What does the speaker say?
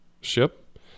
ship